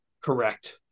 Correct